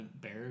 bear